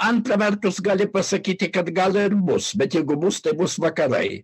antra vertus gali pasakyti kad gal ir bus bet jeigu bus tai bus vakarai